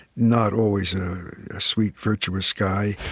not always a sweet, virtuous guy.